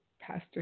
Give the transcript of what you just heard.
pastor